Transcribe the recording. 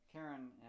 Karen